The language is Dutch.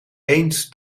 eens